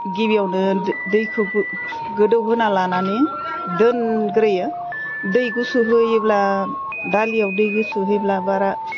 गिबियावनो दैखौ गोदौ होना लानानै दोनग्रोयो दै गुसु होयोब्ला दालियाव दै गुसु होयोब्ला बारा